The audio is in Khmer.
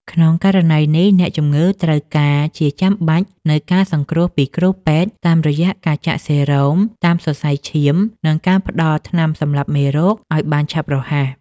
ក្នុងករណីនេះ អ្នកជំងឺត្រូវការជាចាំបាច់នូវការសង្គ្រោះពីគ្រូពេទ្យ តាមរយៈការចាក់សេរ៉ូមតាមសរសៃឈាម និងការផ្តល់ថ្នាំសម្លាប់មេរោគឱ្យបានឆាប់រហ័ស។